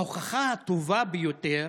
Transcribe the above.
ההוכחה הטובה ביותר